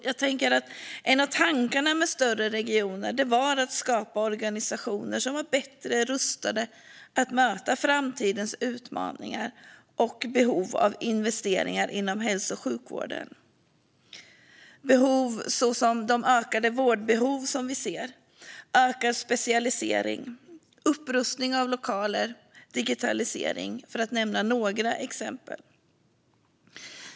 Jo, en av tankarna med större regioner var att skapa organisationer som var bättre rustade att möta framtidens utmaningar och behov av investeringar inom hälso och sjukvården. Det handlar om de ökade vårdbehov vi ser, liksom om behov av ökad specialisering, upprustning av lokaler och digitalisering, för att nämna några exempel.